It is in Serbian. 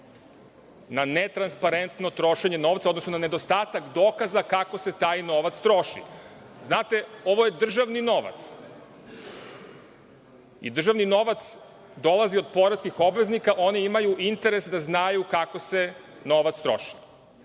na netransparentno trošenje novca, odnosno na nedostatak dokaza kako se taj novac troši. Znate, ovo je državni novac. I državni novac dolazi od poreskih obveznika, oni imaju interes da znaju kako se novac troši.